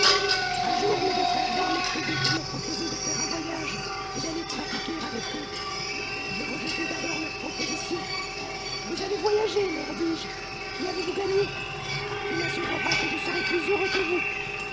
un jour mes deux frères vinrent me trouver pour me proposer de faire un voyage et d'aller trafiquer avec eux je rejetai d'abord leur proposition vous avez voyagé leur dis-je qu'y avez-vous gagné qui m'assurera que je serai plus heureux que vous